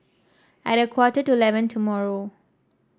at a quarter to eleven tomorrow